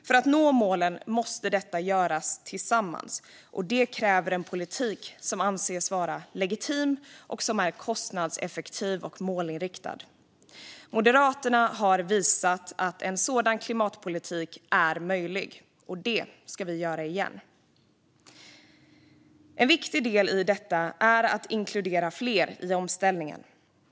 För att vi ska nå målen måste detta göras tillsammans, och det kräver en politik som anses vara legitim och som är kostnadseffektiv och målinriktad. Moderaterna har visat att en sådan klimatpolitik är möjlig, och det ska vi göra igen. En viktig del i detta är att inkludera fler i omställningen.